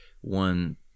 one